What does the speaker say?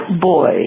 boy